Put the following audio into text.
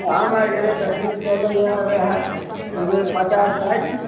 आम आओरके रेट एखन चलैए वहए रेट पचास साठि